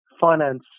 finance